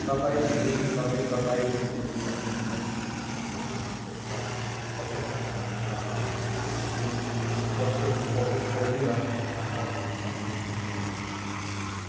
तपाईँले सँधै तपाईँले खोजिरहनु भएको चिजहरू त्यस्ता पसलहरूमा फेला पार्नु हुन्न किनकि वस्तुहरू बहुशैली र आकारहरूमा बेचिँदैनन्